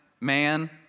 man